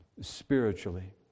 spiritually